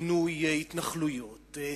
פינוי התנחלויות,